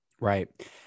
Right